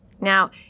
Now